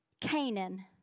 Canaan